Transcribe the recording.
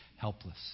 helpless